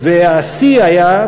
והשיא היה,